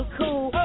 cool